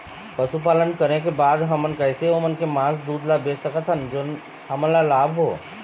पशुपालन करें के बाद हम कैसे ओमन के मास, दूध ला बेच सकत हन जोन हमन ला लाभ हो?